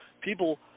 people